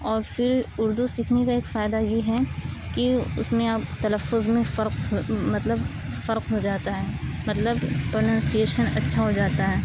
اور پھر اردو سیکھنے کا ایک فائدہ یہ ہے کہ اس میں آپ تلفظ میں فرق مطلب فرق ہو جاتا ہے مطلب پروننسیشن اچھا ہو جاتا ہے